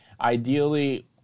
Ideally